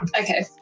Okay